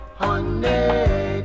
honey